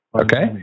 Okay